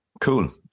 Cool